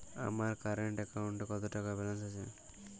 আমার কারেন্ট অ্যাকাউন্টে কত টাকা ব্যালেন্স আছে?